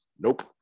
Nope